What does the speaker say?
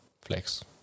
Flex